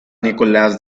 nicolás